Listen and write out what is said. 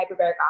hyperbaric